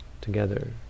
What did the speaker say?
together